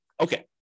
Okay